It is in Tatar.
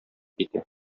китә